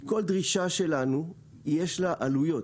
לכל דרישה שלנו יש עלויות.